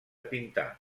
pintar